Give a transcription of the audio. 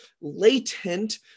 latent